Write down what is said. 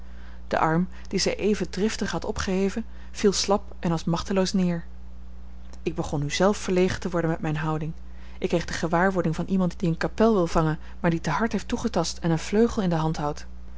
de arm dien zij even driftig had opgeheven viel slap en als machteloos neer ik begon nu zelf verlegen te worden met mijne houding ik kreeg de gewaarwording van iemand die een kapel wil vangen maar die te hard heeft toegetast en een vleugel in de hand houdt